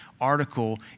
article